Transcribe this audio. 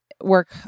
work